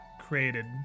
created